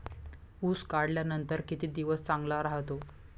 ऊस काढल्यानंतर किती दिवस चांगला राहतो?